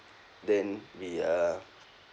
then we uh